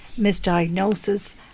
misdiagnosis